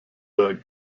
der